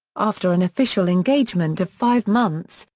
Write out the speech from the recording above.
after an official engagement of five months,